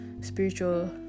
spiritual